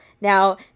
Now